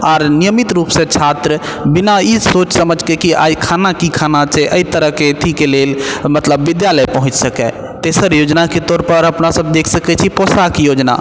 आर नियमित रूप से छात्र बिना ई सोचि समैझके कि आइ खाना की खाना छै एहि तरहके अथीके लेल मतलब विद्यालय पहुँच सकैत तेसर योजनाके तौर पर अपना सब देख सकैत छी पोशाक योजना